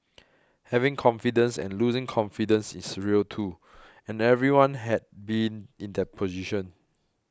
having confidence and losing confidence is real too and everyone has been in that position